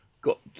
got